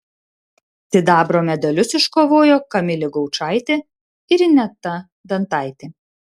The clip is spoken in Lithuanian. sidabro medalius iškovojo kamilė gaučaitė ir ineta dantaitė